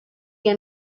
que